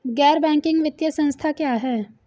गैर बैंकिंग वित्तीय संस्था क्या है?